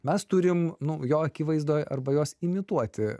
mes turim nu jo akivaizdoj arba jos imituoti